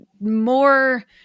more